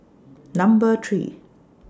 Number three